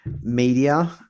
Media